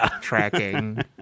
tracking